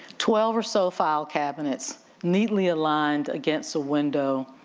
twelve or so file cabinets neatly aligned against a window.